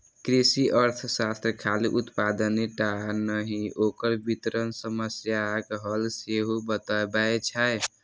कृषि अर्थशास्त्र खाली उत्पादने टा नहि, ओकर वितरण समस्याक हल सेहो बतबै छै